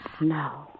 No